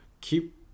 keep